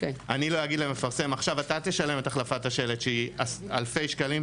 אני לא אגיד למפרסם: עכשיו אתה תשלם את החלפת השלט באלפי שקלים,